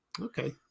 Okay